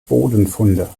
bodenfunde